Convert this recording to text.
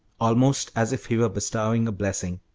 almost as if he were bestowing a blessing.